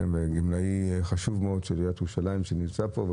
הוא גמלאי חשוב מאוד של עיריית ירושלים שנמצא פה,